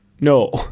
No